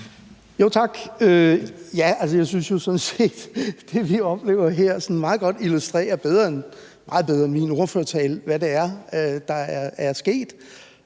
Altså, jeg synes jo sådan set, at det, vi oplever her, sådan meget godt illustrerer – og meget bedre end min ordførertale – hvad det er, der er sket.